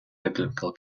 biblical